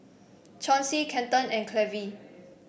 Chauncey Kenton and Clevie